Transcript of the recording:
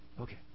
Okay